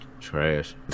trash